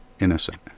innocent